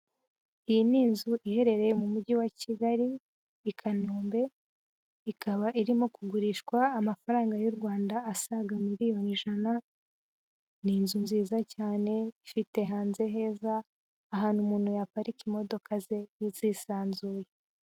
Iyi ni inzu iherereye mu mujyi wa Kigali i Kanombe ikaba irimo kugurishwa amafaranga y'u Rwanda asaga miliyoni ijana, ni inzu nziza cyane ifite hanze heza ahantu umuntu yaparika imodoka ze zisanzuye.